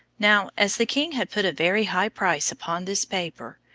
now, as the king had put a very high price upon this paper,